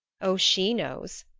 oh, she knows,